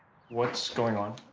what's going on?